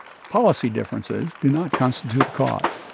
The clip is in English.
policy differences do not constitute a cause.